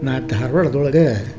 ನಾ ಧಾರ್ವಾಡ್ದೊಳಗೆ